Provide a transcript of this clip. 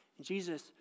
Jesus